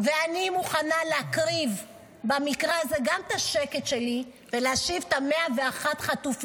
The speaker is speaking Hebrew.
ואני מוכנה להקריב במקרה הזה גם את השקט שלי ולהשיב את 101 החטופים.